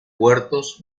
puertos